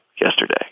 yesterday